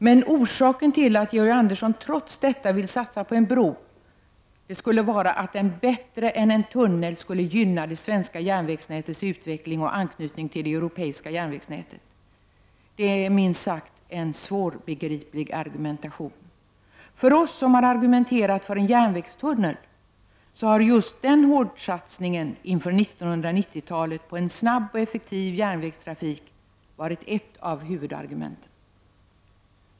Men orsaken till att Georg Andersson trots detta vill satsa på en bro skulle vara att den bättre än en tunnel skulle gynna det svenska järnvägsnätets utveckling och anknytning till det europeiska järnvägsnätet. Det är minst sagt en svårbegriplig argumentaion. För oss som har argumenterat för en järnvägstunnel har just hårdsatsningen inför 1990-talet på en snabb och effektiv järnvägstrafik varit ett av huvudargumenten.